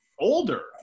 older